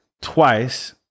twice